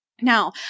Now